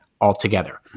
altogether